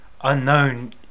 unknown